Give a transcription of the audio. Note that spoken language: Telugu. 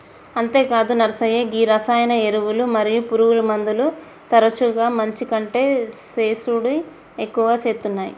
అంతేగాదు నర్సయ్య గీ రసాయన ఎరువులు మరియు పురుగుమందులు తరచుగా మంచి కంటే సేసుడి ఎక్కువ సేత్తునాయి